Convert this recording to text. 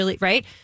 Right